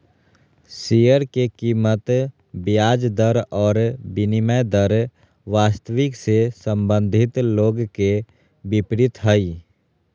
share के कीमत ब्याज दर और विनिमय दर वास्तविक से संबंधित लोग के विपरीत हइ